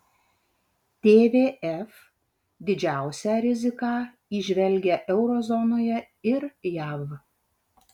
tvf didžiausią riziką įžvelgia euro zonoje ir jav